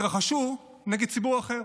התרחשו נגד ציבור אחר,